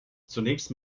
zunächst